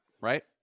right